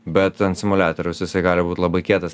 bet ant simuliatoriaus jisai gali būt labai kietas